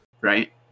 right